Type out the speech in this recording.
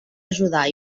ajudar